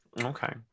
Okay